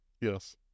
Yes